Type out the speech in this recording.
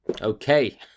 okay